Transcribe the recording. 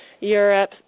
Europe